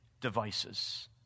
devices